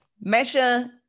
Measure